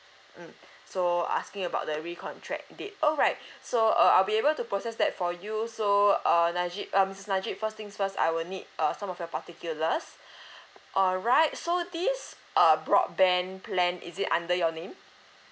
mm so asking about the recontract date alright so uh I'll be able to process that for you so err najib um missus najib first things first I will need err some of your particulars alright so these uh broadband plan is it under your name